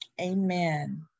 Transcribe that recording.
Amen